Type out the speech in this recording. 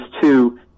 two